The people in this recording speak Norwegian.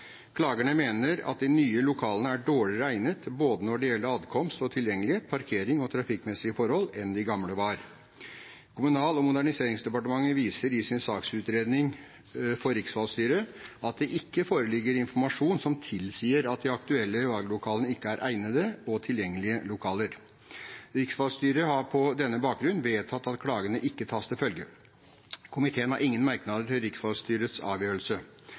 Klagerne mener de nye lokalene er dårligere egnet når det gjelder både adkomst og tilgjengelighet, parkering og trafikkmessige forhold, enn det de gamle var. Kommunal- og moderniseringsdepartementet viser i sin saksutredning for riksvalgstyret til at det ikke foreligger informasjon som tilsier at de aktuelle valglokalene ikke er egnede og tilgjengelige lokaler. Riksvalgstyret har på denne bakgrunn vedtatt at klagene ikke tas til følge. Komiteen har ingen merknader til riksvalgstyrets avgjørelse.